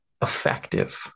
effective